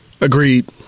Agreed